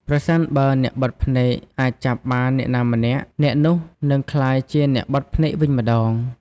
ប្រសិនបើអ្នកបិទភ្នែកអាចចាប់បានអ្នកណាម្នាក់ អ្នកនោះនឹងក្លាយជាអ្នកបិទភ្នែកវិញម្ដង។